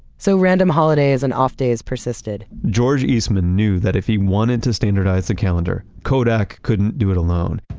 so, random holidays and off days persisted george eastman knew that if he wanted to standardize the calendar, kodak couldn't do it alone.